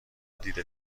دیده